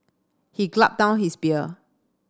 he down his beer